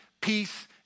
peace